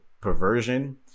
perversion